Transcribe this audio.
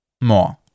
More